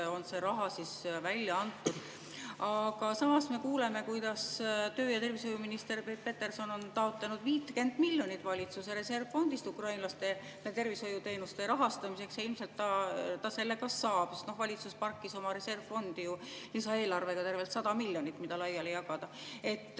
on see raha välja antud. Samas me kuuleme, kuidas tervise‑ ja tööminister Peep Peterson on taotlenud 50 miljonit valitsuse reservfondist ukrainlaste tervishoiuteenuste rahastamiseks ja ilmselt ta selle ka saab. Valitsus ju parkis oma reservfondi lisaeelarvega tervelt 100 miljonit, mida laiali jagada.